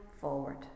Forward